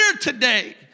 today